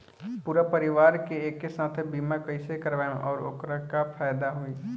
पूरा परिवार के एके साथे बीमा कईसे करवाएम और ओकर का फायदा होई?